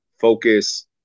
focus